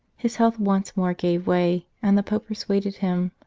his health once more gave way, and the pope persuaded him,